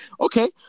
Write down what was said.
okay